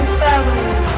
family